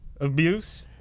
abuse